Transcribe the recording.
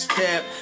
Step